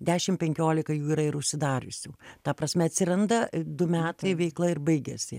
dešim penkiolika jų yra ir užsidariusių ta prasme atsiranda du metai veikla ir baigiasi